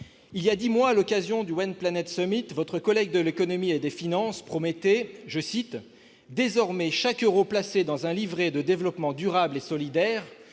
Il y a dix mois, à l'occasion du, votre collègue ministre de l'économie et des finances promettait que « désormais, chaque euro placé dans un livret de développement durable et solidaire-